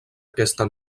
aquesta